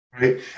right